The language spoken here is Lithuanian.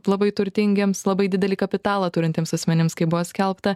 labai turtingiems labai didelį kapitalą turintiems asmenims kaip buvo skelbta